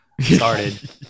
started